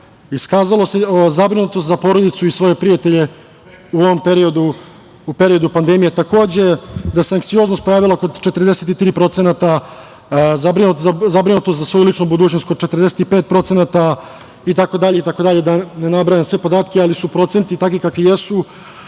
iskazalo zabrinutost za porodicu i svoje prijatelje u ovom periodu, u periodu pandemije takođe, da se anksioznost pojavila kod 43%, zabrinutost za svoju ličnu budućnost kod 45% itd, da ne nabrajam sve podatke, ali su procenti takvi kakvi jesu,